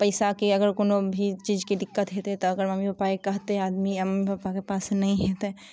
पइसा के अगर कोनो भी चीज के दिक्कत हेतै तऽ ओकर मम्मी पपा के कहतै आदमी या मम्मी पपा के पास नहि हेतै